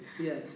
Yes